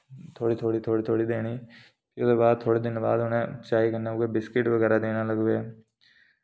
थोह्ड़ी थोह्ड़ी थोह्ड़ी थोह्ड़ी देनी फ्ही ओह्दे बाद थोहड़े दिन बाद उ'नें चाह् कन्नै उ'ऐ बिस्किट बगैरा देना लगी पे